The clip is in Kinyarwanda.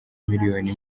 miliyoni